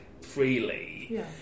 freely